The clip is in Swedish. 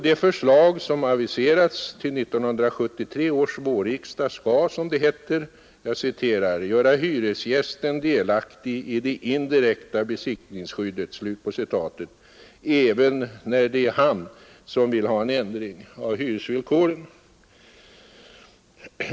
Det förslag som aviserats till 1973 års vårriksdag skall, som det heter, ”göra hyresgästen delaktig i det indirekta besittningsskyddet” även när det är han som vill ha en ändring av hyresvillkoren.